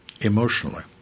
emotionally